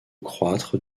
croître